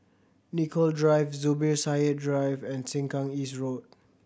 Nicoll Drive Zubir Said Drive and Sengkang East Road